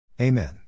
Amen